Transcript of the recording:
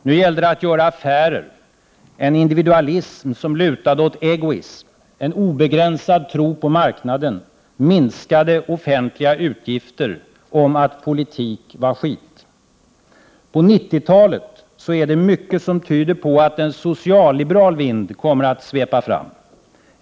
Nu gällde det att göra affärer, det handlade om en individualism som lutade åt egoism, en obegränsad tro på marknaden, minskade offentliga utgifter, om att politik var skit. På 90-talet är det mycket som tyder på att en socialliberal vind kommer att svepa fram.